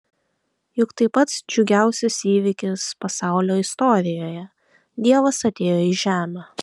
juk tai pats džiugiausias įvykis pasaulio istorijoje dievas atėjo į žemę